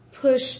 push